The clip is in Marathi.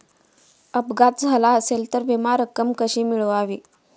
अपघात झाला असेल तर विमा रक्कम कशी मिळवावी?